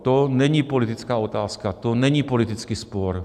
To není politická otázka, to není politický spor.